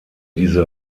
diese